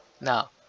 Now